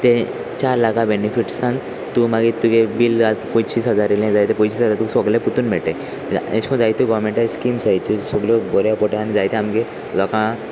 तें चार लाखा बेनिफिट्सान तूं मागीर तुगे बील आनी पंचीस हजार येलें जाय ते पंवीस हजार तुका सोगले परतून मेळटाय एशो जायत्य गोवमेंट स्किम्स जाय त्यो सगळ्यो बऱ्या पडटाय जायते आमगे लोकां